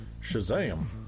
Shazam